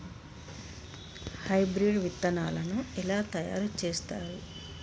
Hybrid విత్తనాలను ఎలా తయారు చేస్తారు?